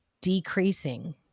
decreasing